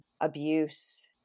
abuse